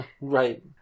Right